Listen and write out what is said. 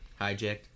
Hijacked